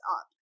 up